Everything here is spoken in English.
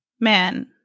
man